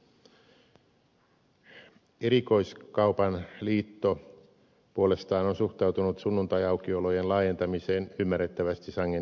erikoiskaupan liitto puolestaan on suhtautunut sunnuntaiaukiolojen laajentamiseen ymmärrettävästi sangen nihkeästi